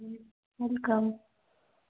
welcome